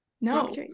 no